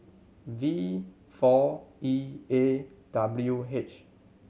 V four E A W H